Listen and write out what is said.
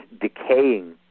decaying